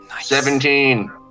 Seventeen